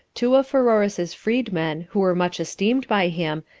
two of pheroras's freed-men, who were much esteemed by him,